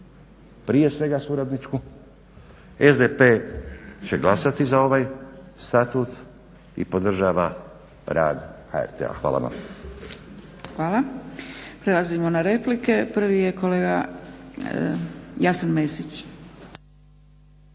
prije svega suradničku. SDP će glasati za ovaj Statut i podržava rad HRT-a. Hvala vam. **Zgrebec, Dragica (SDP)** Hvala. Prelazimo na replike. Prvi je kolega Jasen Mesić.